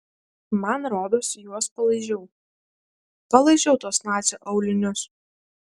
man rodos juos palaižiau palaižiau tuos nacio aulinius